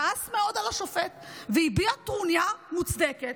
כעס מאוד על השופט והביע טרוניה מוצדקת,